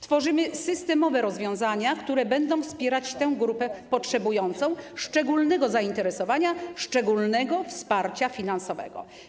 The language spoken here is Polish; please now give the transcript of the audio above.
Tworzymy systemowe rozwiązania, które będą wspierać tę grupę, potrzebującą szczególnego zainteresowania, szczególnego wsparcia finansowego.